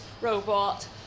robot